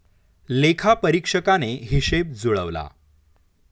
लेखापरीक्षकाने हिशेब जुळवला